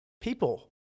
people